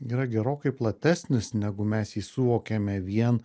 yra gerokai platesnis negu mes jį suvokiame vien